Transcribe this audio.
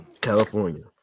California